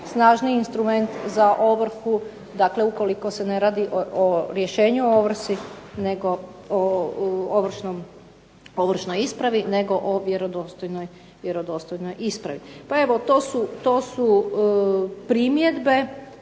snažniji instrument za ovrhu ukoliko se ne radi o rješenju o ovrsi, ovršnoj ispravi nego o vjerodostojnoj ispravi. Pa evo, to su primjedbe